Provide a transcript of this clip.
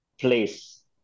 place